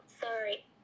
Sorry